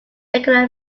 regular